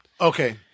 Okay